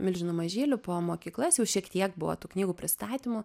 milžinu mažyliu po mokyklas jau šiek tiek buvo tų knygų pristatymų